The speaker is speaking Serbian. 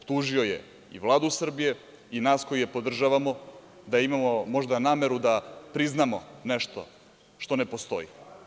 Optužio je i Vladu Srbije i nas koji je podržavamo da imamo možda nameru da priznamo nešto što ne postoji.